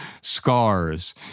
Scars